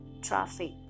traffic